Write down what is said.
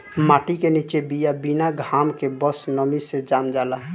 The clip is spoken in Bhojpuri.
माटी के निचे बिया बिना घाम के बस नमी से जाम जाला